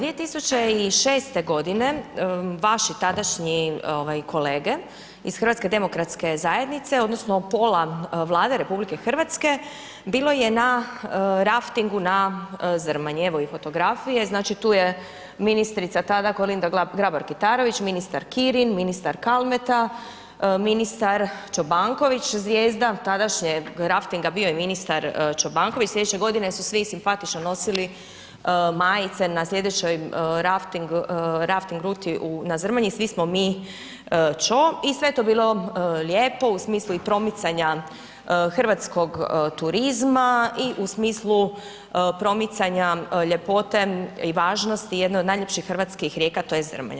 2006. godine vaši tadašnji kolege iz HDZ-a odnosno pola Vlade RH bilo je na raftingu na Zrmanji, evo i fotografije, tu me i ministrica tada Kolinda Grabar Kitarović, ministar Kirin, ministar Kalmeta, ministar Čobanković. zvijezda tadašnjeg raftinga bio je ministar Čobanković, sljedeće godine su svi simpatično nosili majice na sljedećoj rafting ruti „Svi smo mi Čo“ i sve je to bilo lijepo u smislu i promicanja hrvatskog turizma i u smislu promicanja ljepote i važnosti jedne od najljepših hrvatskih rijeka to jest Zrmanje.